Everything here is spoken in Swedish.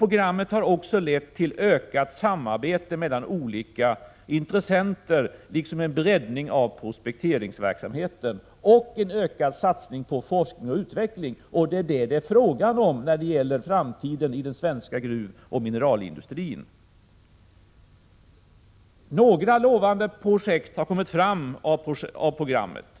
Programmet har också lett till ökat samarbete mellan olika intressenter, liksom till en breddning av prospekteringsverksamheten och en ökad satsning på forskning och utveckling — och det är detta som det är fråga om när det gäller framtiden för den svenska gruvoch mineralindustrin. Några lovande projekt har kommit fram till följd av programmet.